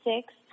six